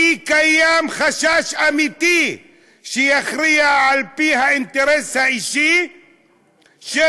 כי קיים חשש אמיתי שיכריע "על פי האינטרס האישי של